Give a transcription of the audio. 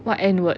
what N word